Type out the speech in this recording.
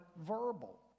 verbal